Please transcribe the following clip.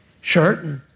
shirt